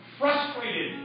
frustrated